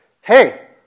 Hey